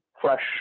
fresh